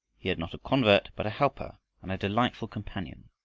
he had not a convert but a helper and a delightful companion.